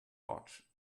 potch